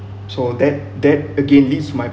so that that again leads to my